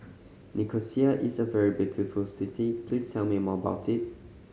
Nicosia is a very beautiful city please tell me more about it